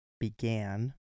began